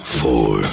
four